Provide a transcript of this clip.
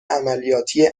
عملیاتی